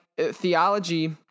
theology